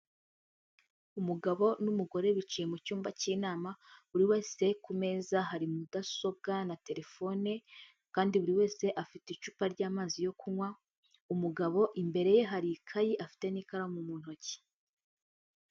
Umugabo n'umugore bicaye mu cyumba cy'inama, buri wese ku meza hari mudasobwa na terefone, kandi buri wese afite icupa ry'amazi yo kunywa, umugabo imbere ye hari ikayi afite n'ikaramu mu ntoki.